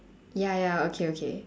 ya ya okay okay